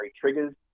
triggers